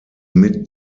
mit